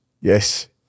Yes